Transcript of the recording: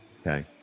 Okay